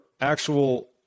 actual